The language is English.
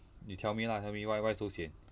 you tell me lah tell me why why so sian